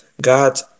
God